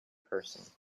person